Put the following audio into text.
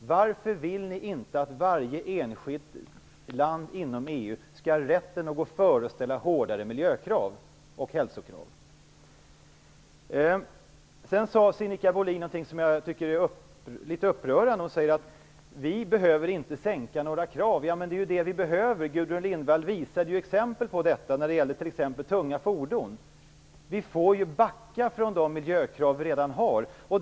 Varför vill ni inte att varje enskilt land inom EU skall ha rätten att gå före och ställa hårdare miljökrav och hälsokrav? Sinikka Bohlin sade också någonting som var litet upprörande, nämligen att vi inte behöver sänka några krav. Men det är ju det vi behöver. Gudrun Lindvall visade exempel på detta när det gäller tunga fordon. Vi får ju backa från de miljökrav vi redan har.